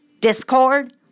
Discord